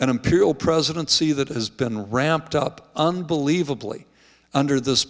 an imperial presidency that has been ramped up unbelievably under this